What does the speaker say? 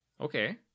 Okay